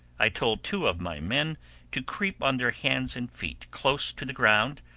i told two of my men to creep on their hands and feet close to the ground,